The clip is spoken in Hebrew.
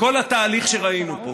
וכל התהליך שראינו פה,